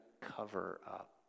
cover-up